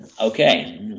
Okay